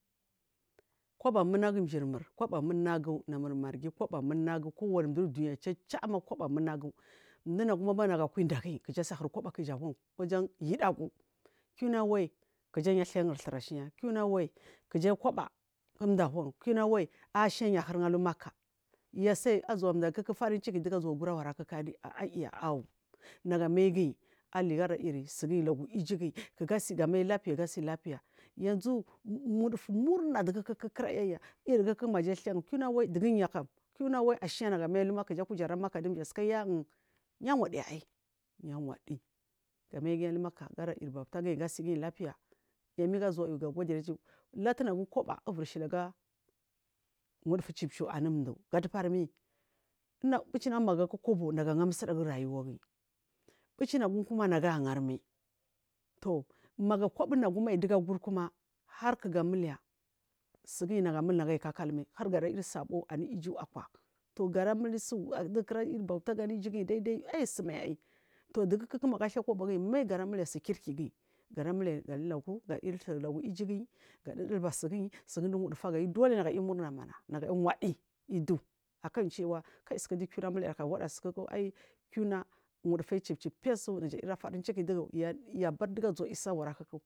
Koba munagu mjirmur koba munogu nagu namur marghi koba munagu mdu duniya chachama koba munagu mdunagum ban nagukwa dagiyi kujasa hur koba kuja han wajan yudagu kiunayal kuja niyu athairi thur ashna kiuna wai kuja koba dumdum alvan kiuwuna wai ashina niyu hurun alu makka ya su ayi azuwa mda farinduki azuwa mda kuku dugu azuwa mda kuku diyu azuwa mda kuku dugu azuwa guriya aiyiya awu nagu amaiguyi gala lamulsuguyi laugu iju giryi kukugu asi lapiya kugu amai lapiya yanzu wudufu murna dugu kuku aiyi gamda kukura iri kuku maja athaju kiu wuna wai kam kulwuna wai kuji kujerar makka ndu mdu asukayu ya wadi aiyi ya wadi ga maiguyu alumaka sala yiri baulaguyi gasiguyi lapiya mingu zulwayu gagodiri iju latunagum koba ivuri shili aga wudufu chipchu anu mdu gatubari mi mbichi nagum magu aga kobo nagu anga musdaguri rayawaguyi muchi nagum kuma nagu aiyi angarmai to ma kobo unagum dugu aguri kuma har kuga muliya siyuyu nagu mul aiyi kakalmai hargara yiri sabo anu siju akira to gara yisu dugu kunda mul bauta anu iju guyi kwa daidai aiyi sumai aiyi dugu kuku magu athal kobo guyi sai gamai gara muhya su kirki guyi gara muhya galulauka gara muliya sujuyi gamuliya suguyi iri suguyi sundu wudufagal ayu dole gay u murna mana waai idu akan chiwa suku du kiuwuna awada sukuku aiy kiuwuna wudufayu chip chu piyasu naja yiri farin chiki dugu yabari dugu azuwa yu awara kuku.